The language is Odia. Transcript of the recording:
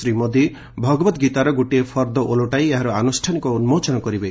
ଶ୍ରୀ ମୋଦି ଭଗବତଗୀତାର ଗୋଟିଏ ଫର୍ଦ୍ଦ ଓଲଟାଇ ଏହାର ଆନୁଷ୍ଠାନିକ ଉନ୍ଜୋଚନ କରିବେ